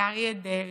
לאריה דרעי.